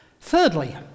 Thirdly